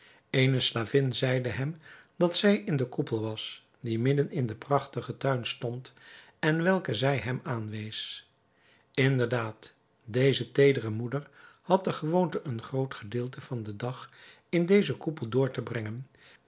eene slavin zeide hem dat zij in den koepel was die midden in den prachtigen tuin stond en welke zij hem aanwees inderdaad deze teedere moeder had de gewoonte een groot gedeelte van den dag in dezen koepel door te brengen